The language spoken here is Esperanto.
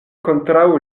kontraŭ